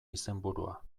izenburua